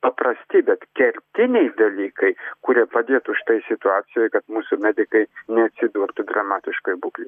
paprasti bet kertiniai dalykai kurie padėtų šitoj situacijoj kad mūsų medikai neatsidurtų dramatiškoj būklėj